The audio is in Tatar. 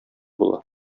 була